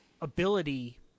ability